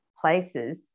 places